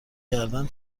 کردن